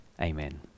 Amen